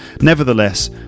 Nevertheless